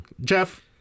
Jeff